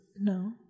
No